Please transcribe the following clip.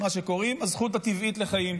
מה שקוראים הזכות הטבעית לחיים.